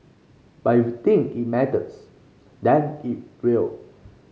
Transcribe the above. but if think it matters then it will